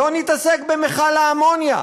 לא נתעסק במכל האמוניה.